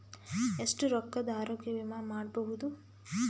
ಎಷ್ಟ ರೊಕ್ಕದ ಆರೋಗ್ಯ ವಿಮಾ ಮಾಡಬಹುದು?